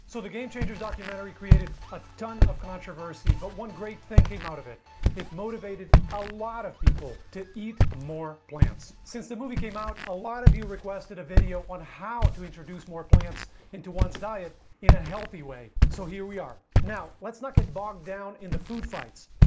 so the game-changers documentary created a ton of controversy but one great thing came out of it it motivated a lot of people to eat more plants since the movie came out a lot of you requested a video on how to introduce more plants into one's diet in a healthy way, so here we are. now. let's not get bogged down in the food fights.